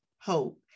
hope